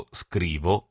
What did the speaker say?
scrivo